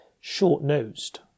short-nosed